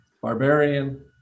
barbarian